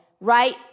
right